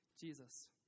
Jesus